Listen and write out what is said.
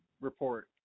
report